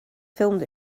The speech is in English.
filmed